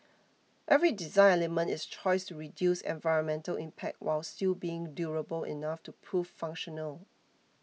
every design element is a choice to reduce environmental impact while still being durable enough to prove functional